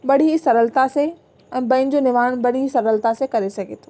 बड़ी सरलता से ॿियनि जो निवारण बड़ी सरलता से करे सघे थो